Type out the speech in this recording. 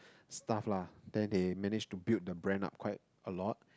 stuff lah then they managed to build the brand up quite a lot